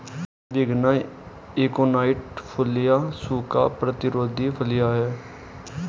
विग्ना aconitifolia सूखा प्रतिरोधी फलियां हैं